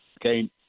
Okay